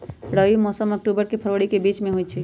रबी मौसम अक्टूबर से फ़रवरी के बीच में होई छई